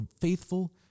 faithful